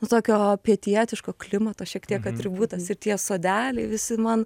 nu tokio pietietiško klimato šiek tiek atributas ir tie sodeliai visi man